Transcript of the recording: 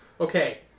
Okay